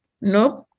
nope